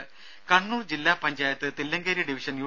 രും കണ്ണൂർ ജില്ലാ panchayat Thillankeri division U